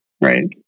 right